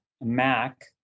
Mac